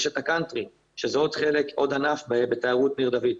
יש את הקאונטרי, שזה עוד ענף בתיירות ניר דוד.